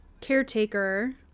caretaker